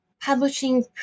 publishing